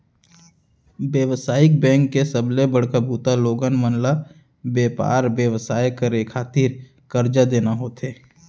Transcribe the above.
बेवसायिक बेंक के सबले बड़का बूता लोगन मन ल बेपार बेवसाय करे खातिर करजा देना होथे